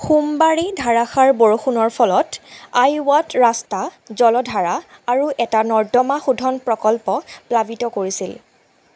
সোমবাৰে ধাৰাসাৰ বৰষুণৰ ফলত আইওৱাত ৰাস্তা জলধাৰা আৰু এটা নৰ্দমা শোধন প্ৰকল্প প্লাৱিত কৰিছিল